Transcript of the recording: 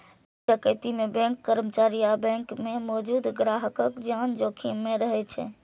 bank डकैती मे bank कर्मचारी आ बैंक मे मौजूद ग्राहकक जान जोखिम मे रहै छै